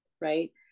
Right